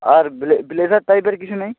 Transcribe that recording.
আর blazer টাইপের কিছু নেই